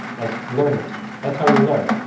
that's learning that's how we learn.